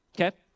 okay